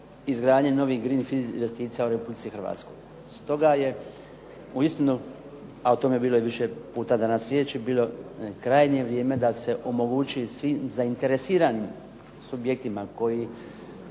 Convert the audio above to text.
se ne razumije./… investicija u RH. Stoga je uistinu, a o tome je bilo i više puta danas riječi bilo krajnje vrijeme da se omogući svim zainteresiranim subjektima koji